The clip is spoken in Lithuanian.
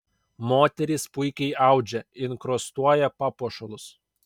moterys puikiai audžia inkrustuoja papuošalus